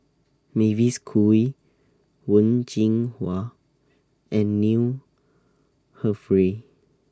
Mavis Khoo Oei Wen Jinhua and Neil Humphreys